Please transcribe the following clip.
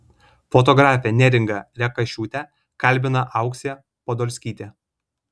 fotografę neringą rekašiūtę kalbina auksė podolskytė